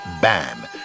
BAM